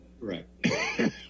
Correct